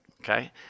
okay